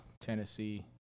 Tennessee